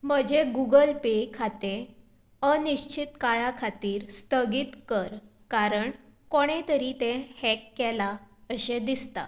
म्हजें Google Pay खातें अनिश्चित काळा खातीर स्थगीत कर कारण कोणे तरी तें हॅक केलां अशें दिसता